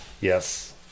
yes